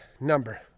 number